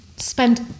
Spend